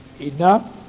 Enough